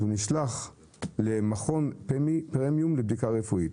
הוא נשלח למכון פמי פרימיום לבדיקה רפואית.